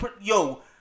yo